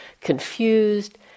confused